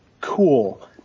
Cool